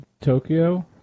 Tokyo